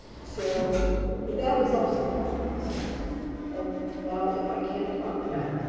so but that was also a long process of, well, if i can't talk about